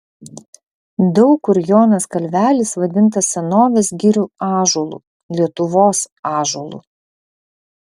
daug kur jonas kalvelis vadintas senovės girių ąžuolu lietuvos ąžuolu